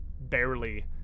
barely